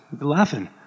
laughing